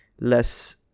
less